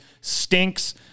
stinks